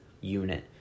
unit